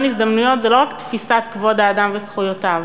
הזדמנויות זה לא רק תפיסת כבוד האדם וזכויותיו,